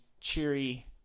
cheery